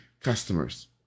customers